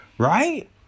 Right